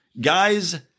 guys